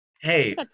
Hey